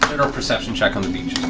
perception check on the beach